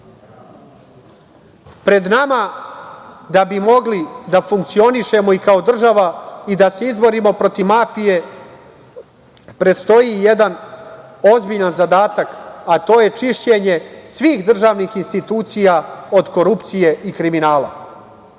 nama da bi mogli da funkcionišemo i kao država i da se izborimo protiv mafije predstoji jedan ozbiljan zadatak, a to je čišćenje svih državnih institucija od korupcije i kriminala.